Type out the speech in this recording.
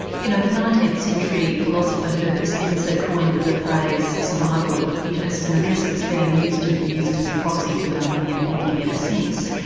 you know the nineteenth century philosopher herbert spencer coined the phrase survival of the fittest and i guess it's been used and abused as a proxy for darwinian thinking ever since.